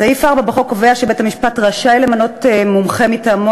סעיף 4 בחוק קובע שבית-המשפט רשאי למנות מומחה מטעמו